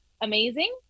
amazing